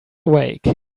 awake